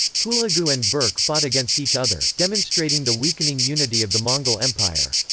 hulagu and berke fought against each other, demonstrating the weakening unity of the mongol empire.